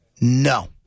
No